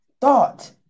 thought